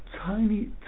tiny